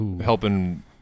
helping